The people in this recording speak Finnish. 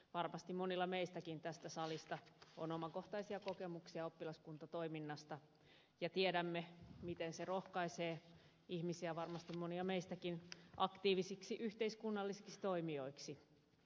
varmasti monilla meistäkin tässä salissa on omakohtaisia kokemuksia oppilaskuntatoiminnasta ja tiedämme miten se rohkaisee ihmisiä varmasti monia meistäkin aktiivisiksi yhteiskunnallisiksi toimijoiksi